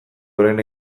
orain